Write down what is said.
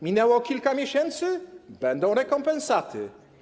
Minęło kilka miesięcy - będą rekompensaty.